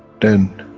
then,